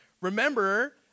Remember